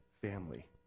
family